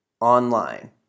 online